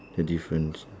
the difference